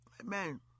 Amen